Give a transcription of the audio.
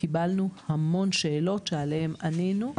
קיבלנו המון שאלות שעליהן ענינו.